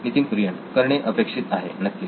नितीन कुरियन करणे अपेक्षित आहे नक्कीच